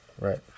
Right